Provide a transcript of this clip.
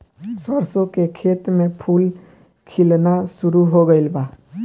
सरसों के खेत में फूल खिलना शुरू हो गइल बा